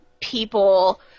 people